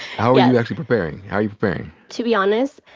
how are you actually preparing? how are you preparing? to be honest,